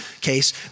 case